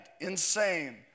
insane